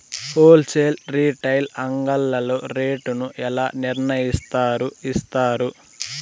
Whole sale retail అంగడ్లలో rate ను ఎలా నిర్ణయిస్తారు యిస్తారు?